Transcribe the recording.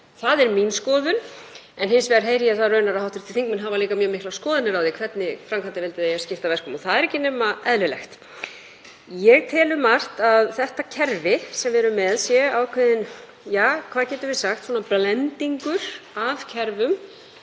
Það er mín skoðun. En hins vegar heyri ég það raunar að hv. þingmenn hafa líka mjög miklar skoðanir á því hvernig framkvæmdarvaldið eigi að skipta verkum og það er ekki nema eðlilegt. Ég tel um margt að það kerfi sem við erum með sé ákveðinn, ja, hvað getum við sagt, svona blendingur af kerfum